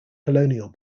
colonial